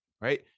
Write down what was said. Right